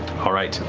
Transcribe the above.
all right,